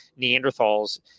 Neanderthals